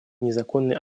незаконной